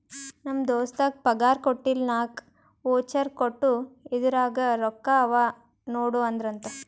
ನಮ್ ದೋಸ್ತಗ್ ಪಗಾರ್ ಕೊಟ್ಟಿಲ್ಲ ನಾಕ್ ವೋಚರ್ ಕೊಟ್ಟು ಇದುರಾಗೆ ರೊಕ್ಕಾ ಅವಾ ನೋಡು ಅಂದ್ರಂತ